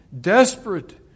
desperate